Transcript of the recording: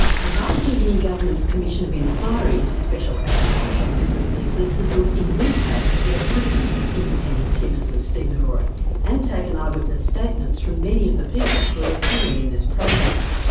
the papua new guinea government's commission of inquiry into special agricultural and business leases had looked in detail at the activities of independent timbers and stevedoring and taken eyewitness statements from many of the people who are appearing in this program.